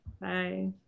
bye